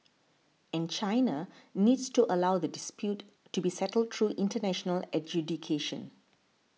and China needs to allow the dispute to be settled through international adjudication